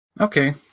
Okay